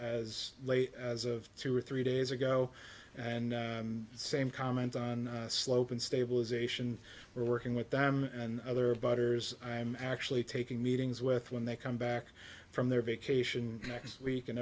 as late as of two or three days ago and same comment on slope and stabilisation we're working with them and other voters i'm actually taking meetings with when they come back from their vacation next week and